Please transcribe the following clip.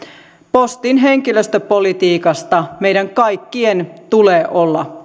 postin henkilöstöpolitiikasta meidän kaikkien tulee olla